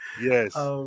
yes